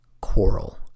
quarrel